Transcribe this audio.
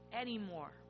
anymore